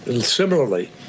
Similarly